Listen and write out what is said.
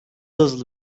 hızlı